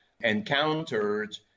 encountered